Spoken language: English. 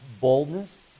boldness